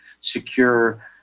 secure